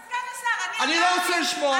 אבל סגן השר, אני לא רוצה לשמוע.